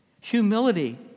Humility